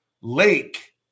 Lake